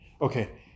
Okay